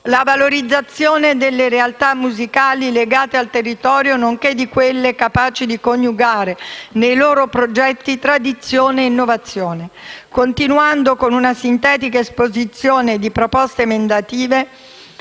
la valorizzazione delle realtà musicali legate al territorio, nonché di quelle capaci di coniugare nei loro progetti tradizione e innovazione. Continuando con la sintetica esposizione delle proposte emendative,